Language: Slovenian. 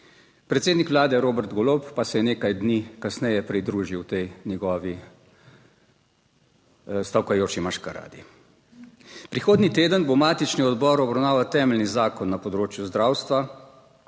Predsednik vlade Robert Golob pa se je nekaj dni kasneje pridružil tej njegovi stavkajoči maškaradi. Prihodnji teden bo matični odbor obravnaval temeljni zakon na področju zdravstva.